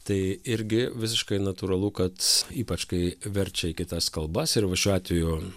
tai irgi visiškai natūralu kad ypač kai verčia į kitas kalbas ir va šiuo atveju